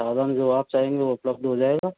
साधन में जो आप चाहेंगे वो उपलब्ध हो जाएगा